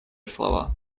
слова